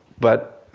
but,